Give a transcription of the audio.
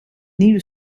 nieuwe